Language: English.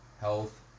health